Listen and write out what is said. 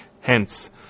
hence